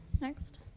next